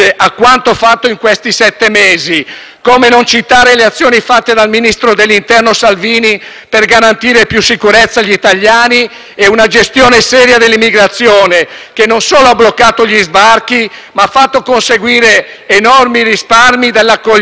come non citare le azioni fatte dal ministro dell'interno Salvini per garantire più sicurezza agli italiani e una gestione seria dell'immigrazione, che non solo ha bloccato gli sbarchi, ma ha fatto anche conseguire enormi risparmi nell'accoglienza, che ci consentono ora